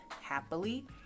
happily